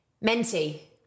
Menti